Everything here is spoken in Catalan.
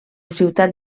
ciutat